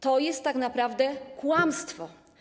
To jest tak naprawdę kłamstwo.